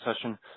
session